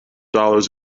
dollars